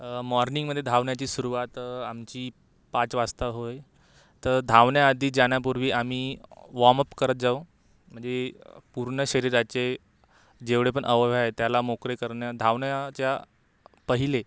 मॉर्निंगमध्ये धावण्याची सुरुवात आमची पाच वाजता होय तर धावण्याआधी जाण्यापूर्वी आम्ही वॉमअप करत जाऊ म्हणजे पूर्ण शरीराचे जेवढे पण अवघं आहे त्याला मोकळे करण्या धावण्याच्या पहिले